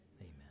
Amen